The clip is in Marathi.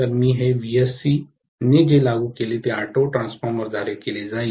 तर मी Vsc ने जे लागू केले ते ऑटो ट्रान्सफॉर्मरद्वारे केले जाईल